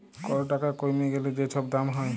call টাকা কইমে গ্যালে যে ছব দাম হ্যয়